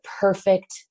perfect